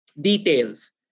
details